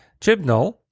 Chibnall